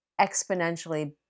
exponentially